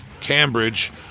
Cambridge